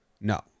no